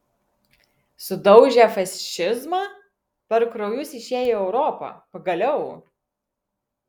sudaužę fašizmą per kraujus išėję į europą pagaliau